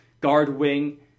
guard-wing